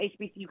HBCU